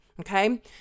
Okay